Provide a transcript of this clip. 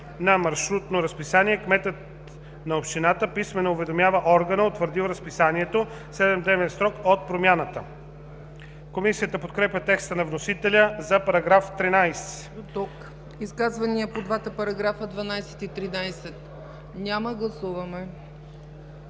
на маршрутно разписание кметът на общината писмено уведомява органа, утвърдил разписанието, в седемдневен срок от промяната.“ Комисията подкрепя текста на вносителя за § 13. ПРЕДСЕДАТЕЛ ЦЕЦКА ЦАЧЕВА: Изказвания по двата параграфа – 12 и 13? Няма. Гласуваме.